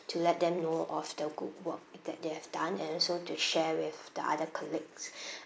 to let them know of the good work that they have done and also to share with the other colleagues